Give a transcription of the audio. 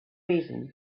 reason